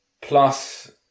Plus